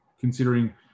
Considering